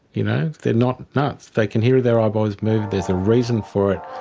you know they're not nuts, they can hear their eyeballs move, there's a reason for it,